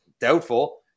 Doubtful